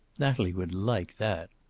natalie would like that.